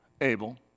Abel